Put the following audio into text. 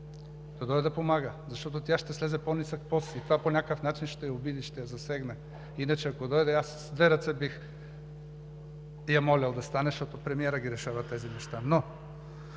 дойде да помага, защото тя ще слезе на по-нисък пост и това по някакъв начин ще я обиди, ще я засегне. Иначе, ако дойде, аз с две ръце бих я молил да стане, защото премиерът ги решава тези неща.